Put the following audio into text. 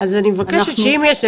מבקשת שאם יש,